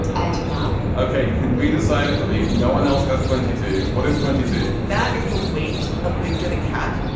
i do not. okay. you can breathe a sigh of relief. no one else has twenty two what is twenty two that is the weight of viktor the cat.